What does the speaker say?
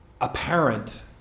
apparent